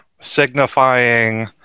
signifying